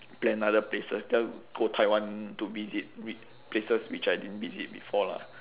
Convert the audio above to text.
plan other places just go taiwan to visit places which I didn't visit before lah